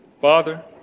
Father